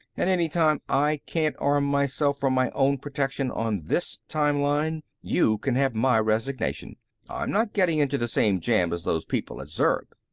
and any time i can't arm myself for my own protection on this time-line, you can have my resignation. i'm not getting into the same jam as those people at zurb.